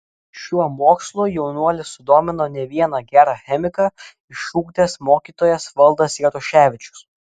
šiuo mokslu jaunuolį sudomino ne vieną gerą chemiką išugdęs mokytojas valdas jaruševičius